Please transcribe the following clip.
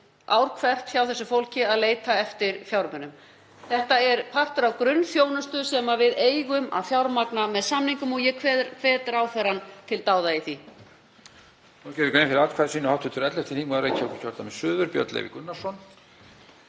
ár hvert í að leita eftir fjármunum. Þetta er partur af grunnþjónustu sem við eigum að fjármagna með samningum og ég hvet ráðherrann til dáða í því.